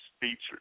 features